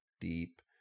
deep